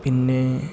പിന്നെ